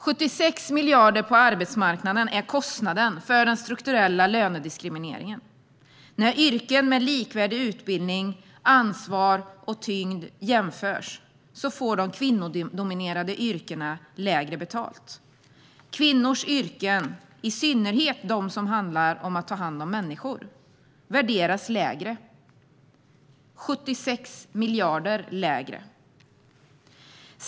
76 miljarder på arbetsmarknaden är kostnaden för den strukturella lönediskrimineringen. När tjänster med likvärdig utbildning, ansvar och tyngd jämförs får de i de kvinnodominerade yrkena lägre betalt. Kvinnors yrken, i synnerhet de som handlar om att ta hand om människor, värderas lägre - 76 miljarder lägre.